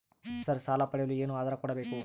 Sir ಸಾಲ ಪಡೆಯಲು ಏನು ಆಧಾರ ಕೋಡಬೇಕು?